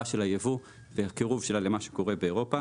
של הייבוא והקירוב שלה למה שקורה באירופה.